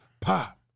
pop